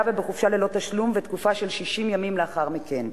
ובחופשה ללא תשלום ובתקופה של 60 ימים לאחר מכן,